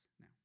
now